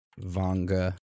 Vanga